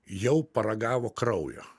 jau paragavo kraujo